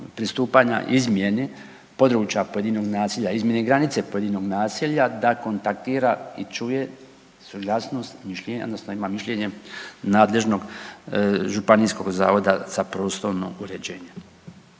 pristupanja izmjeni područja pojedinog naselja, izmjeni granice pojedinog naselja da kontaktira i čuje suglasnost i mišljenje odnosno ima mišljenje nadležnog Županijskog zavoda za prostorno uređenje.